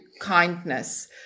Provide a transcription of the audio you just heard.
kindness